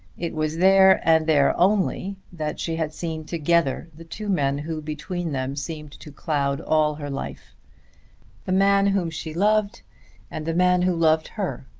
it was there and there only that she had seen together the two men who between them seemed to cloud all her life the man whom she loved and the man who loved her.